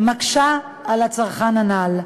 מקשה על הצרכן הנ"ל,